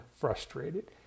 frustrated